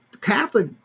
Catholic